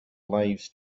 lives